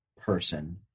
person